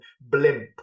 blimp